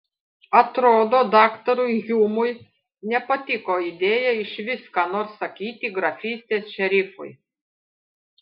atrodo daktarui hjumui nepatiko idėja išvis ką nors sakyti grafystės šerifui